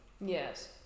Yes